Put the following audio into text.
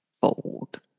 fold